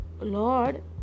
Lord